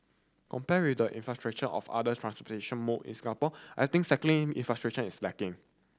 compared with the infrastructure of other transportation mode in Singapore I think cycling infiltration is lacking